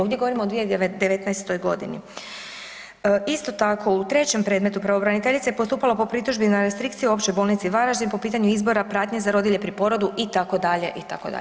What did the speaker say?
Ovdje govorimo o 2019. g. Isto tako, u trećem predmetu pravobraniteljica je postupala po pritužbi na restrikcije u Općoj bolnici Varaždin po pitanju izbora pratnje za rodilje pri porodu, itd., itd.